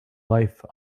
life